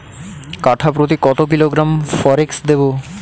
কাঠাপ্রতি কত কিলোগ্রাম ফরেক্স দেবো?